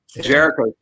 Jericho